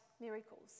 miracles